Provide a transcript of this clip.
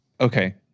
Okay